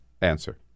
answer